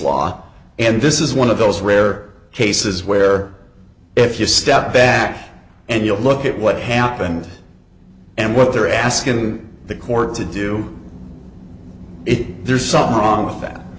law and this is one of those rare cases where if you step back and you look at what happened and what they're asking the court to do it there's something wrong with that